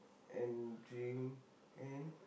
and drink and